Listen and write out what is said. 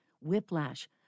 whiplash